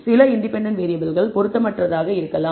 சில இண்டிபெண்டன்ட் வேறியபிள்கள் பொருத்தமற்றதாக இருக்கலாம்